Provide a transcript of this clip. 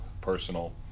personal